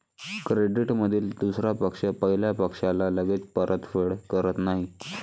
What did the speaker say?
क्रेडिटमधील दुसरा पक्ष पहिल्या पक्षाला लगेच परतफेड करत नाही